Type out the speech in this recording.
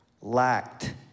lacked